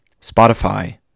Spotify